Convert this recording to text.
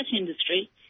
industry